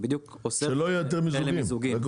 שלא יהיו יותר מיזוגים.